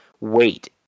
wait